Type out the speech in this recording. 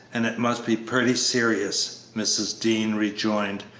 and it must be pretty serious, mrs. dean rejoined,